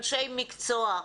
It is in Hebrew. אנשי מקצוע.